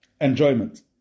enjoyment